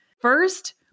First